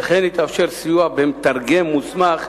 וכן יתאפשר סיוע במתרגם מוסמך